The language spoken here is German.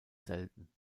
selten